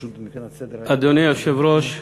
אדוני היושב-ראש,